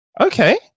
Okay